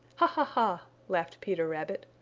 ha! ha! laughed peter rabbit.